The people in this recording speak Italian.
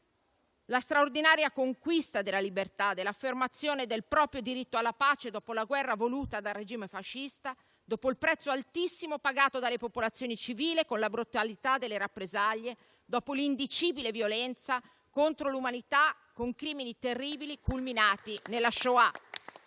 la straordinaria conquista della libertà, dell'affermazione del proprio diritto alla pace, dopo la guerra voluta dal regime fascista, dopo il prezzo altissimo pagato dalle popolazioni civili con la brutalità delle rappresaglie, dopo l'indicibile violenza contro l'umanità, con crimini terribili culminati nella Shoah.